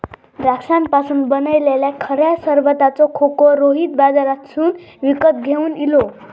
द्राक्षांपासून बनयलल्या खऱ्या सरबताचो खोको रोहित बाजारातसून विकत घेवन इलो